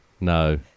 No